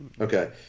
Okay